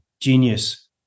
genius